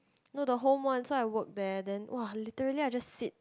no the home one so I worked there then !wah! literally I just sit